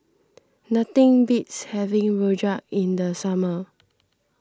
nothing beats having Rojak in the summer